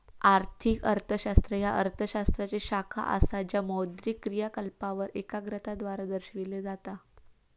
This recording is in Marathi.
आर्थिक अर्थशास्त्र ह्या अर्थ शास्त्राची शाखा असा ज्या मौद्रिक क्रियाकलापांवर एकाग्रता द्वारा दर्शविला जाता